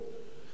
ואתם,